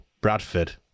Bradford